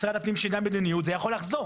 משרד הפנים שינה מדיניות, זה יכול לחזור.